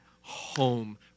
home